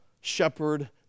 shepherd